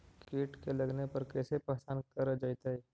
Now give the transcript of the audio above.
कीट के लगने पर कैसे पहचान कर जयतय?